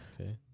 Okay